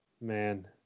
man